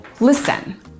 Listen